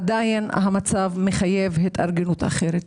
המצב עדיין התארגנות אחרת.